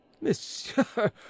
Monsieur